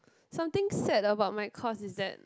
something sad about my course is that